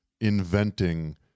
inventing